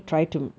ya